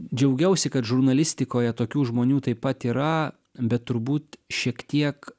džiaugiausi kad žurnalistikoje tokių žmonių taip pat yra bet turbūt šiek tiek